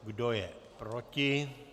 Kdo je proti?